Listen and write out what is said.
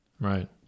Right